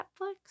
Netflix